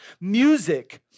Music